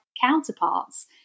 Counterparts